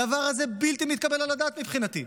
הדבר הזה בלתי מתקבל על הדעת מבחינתי.